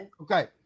okay